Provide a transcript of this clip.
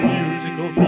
musical